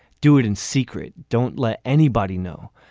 do it in secret. don't let anybody know.